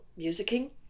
musicking